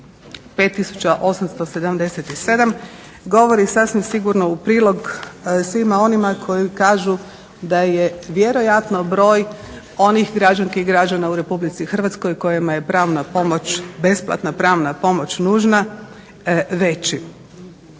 5877 govori sasvim sigurno u prilog svima onima koji kažu da je vjerojatno broj onih građanki i građana u Republici Hrvatskoj kojima je pravna pomoć, besplatna pravna pomoć nužna veći.